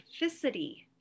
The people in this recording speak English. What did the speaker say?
specificity